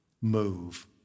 move